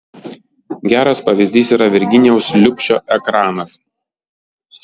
geras pavyzdys yra virginijaus liubšio ekranas